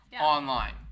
online